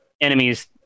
enemies